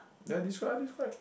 ya describe describe